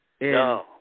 No